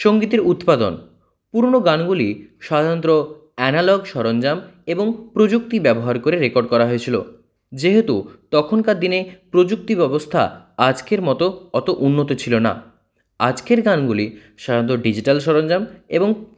সঙ্গীতের উৎপাদন পুরনো গানগুলি সাধারণত অ্যানালগ সরঞ্জাম এবং প্রযুক্তি ব্যবহার করে রেকর্ড করা হয়েছিল যেহেতু তখনকার দিনে প্রযুক্তি ব্যবস্থা আজকের মতো অত উন্নত ছিল না আজকের গানগুলি সাধারণত ডিজিটাল সরঞ্জাম এবং